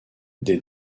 des